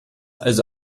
also